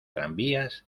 tranvías